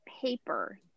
paper